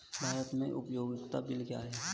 भारत में उपयोगिता बिल क्या हैं?